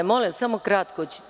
Molim vas, samo kratko.